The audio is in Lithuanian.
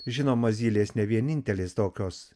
žinoma zylės ne vienintelės tokios